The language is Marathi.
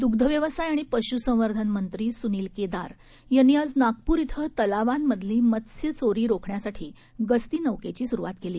दुग्धव्यवसायआणिपश्संवर्धनमंत्रीसुनीलकेदारयांनीआजनागपूरइथंतलावांमधलीमत्स्यचोरीरोखण्यासाठीगस्तीनौकेचीसुरुवातके ली